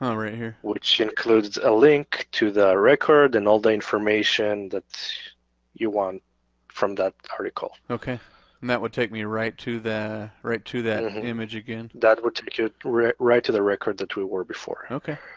um right here. which includes a link to the record and all the information that you want from that article. okay and that would take me right to the, right to that image again. that would take you right to the record that we were before. okay.